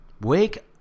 Wake